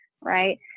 right